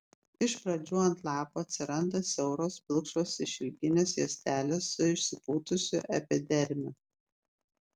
iš pradžių ant lapų atsiranda siauros pilkšvos išilginės juostelės su išsipūtusiu epidermiu